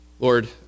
Lord